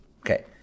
okay